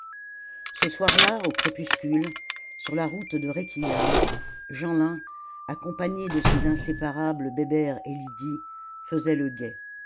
ce soir-là au crépuscule sur la route de réquillart jeanlin accompagné de ses inséparables bébert et lydie faisait le guet